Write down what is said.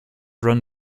run